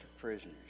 prisoners